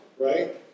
right